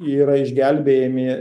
yra išgelbėjami